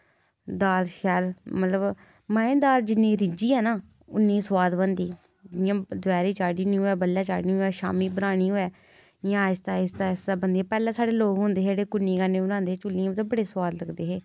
दाल शैल मतलब माहें दी दाल जिन्नी रिज्जी जा न इन्नी गै सोआद बनदी इ'यां दपैह्री चाढ़ी निं होऐ बड़लै चाढ़नी होऐ शामी बनानी होए इ'यां अहिस्तै अहिस्तै पैह्लै साढ़े लोक होंदे हे जेह्ड़े कुन्नी कन्नी बनांदे चुल्लियें पर बड़ी सोआद बनदी ही